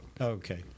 Okay